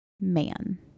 man